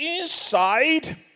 inside